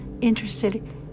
interested